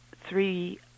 three